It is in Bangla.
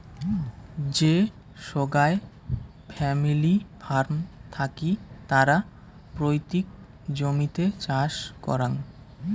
যে সোগায় ফ্যামিলি ফার্ম থাকি তারা পৈতৃক জমিতে চাষ করাং